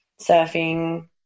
surfing